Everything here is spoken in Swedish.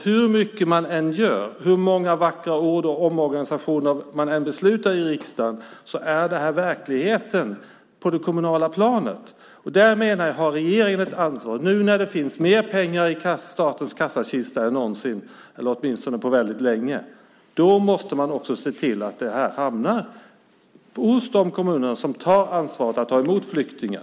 Hur mycket man än gör, hur många vackra ord man än säger och omorganisationer man än beslutar om i riksdagen, är detta verkligheten på det kommunala planet. Där menar jag att regeringen har ett ansvar. Nu när det finns mer pengar i statens kassakista än på väldigt länge måste man också se till att de hamnar hos de kommuner som tar ansvaret att ta emot flyktingar.